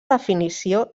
definició